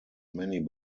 many